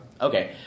Okay